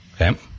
Okay